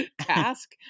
task